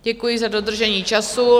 Děkuji za dodržení času.